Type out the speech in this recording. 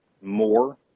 more